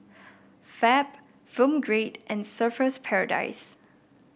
Fab Film Grade and Surfer's Paradise